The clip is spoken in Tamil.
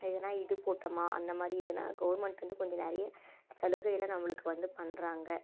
எதுனா இது போட்டோம்மா அந்தமாதிரி இதுனா கவுர்ன்மெண்ட் வந்து கொஞ்சம் நிறைய சலுகைலாம் நம்மளுக்கு வந்து பண்ணுறாங்க